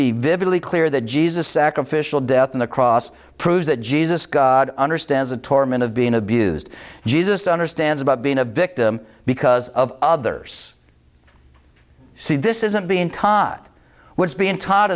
be vividly clear that jesus sacrificial death on the cross proves that jesus god understands the torment of being abused jesus understands about being a victim because of others see this isn't being taht what's being taught